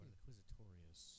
Inquisitorius